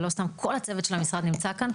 לא סתם כל הצוות נמצא כאן.